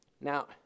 Now